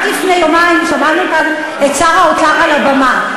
רק לפני יומיים שמענו כאן את שר האוצר על הבמה,